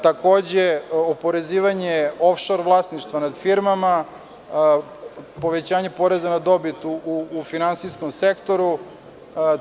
Takođe, oporezivanje of-šor vlasništva nad firmama, povećanje poreza na dobit u finansijskom sektoru itd.